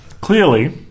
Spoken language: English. clearly